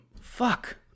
Fuck